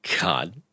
God